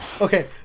Okay